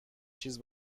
چیز